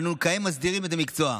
אנו כעת מסדירים את המקצוע.